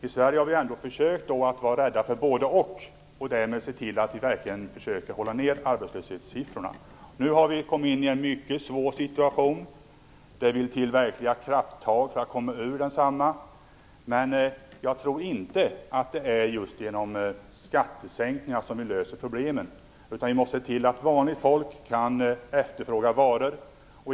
I Sverige har vi ändå försökt att vara rädda för båda faktorerna. Därmed har vi sett till att verkligen försöka hålla nere arbetslöshetssiffrorna. Nu har vi kommit in i en mycket svår situation. Det kommer att krävas riktiga krafttag för att vi skall komma ur den. Jag tror dock inte att man löser problemen genom skattesänkningar. Vi måste se till att vanligt folk kan efterfråga varor.